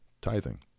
tithing